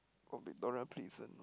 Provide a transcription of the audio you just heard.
or Viktoria-Plzen